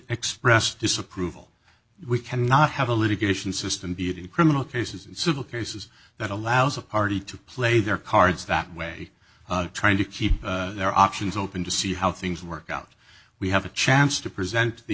express disapproval we cannot have a litigation system be it in criminal cases in civil cases that allows a party to play their cards that way trying to keep their options open to see how things work out we have a chance to present the